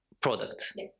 product